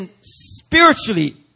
spiritually